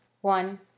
one